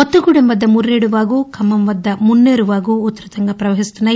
కొత్తగూడెం వద్ద మురేడు వాగు ఖమ్మం వద్ద మున్నేరు వాగు ఉధృతంగా పవహిస్తున్నాయి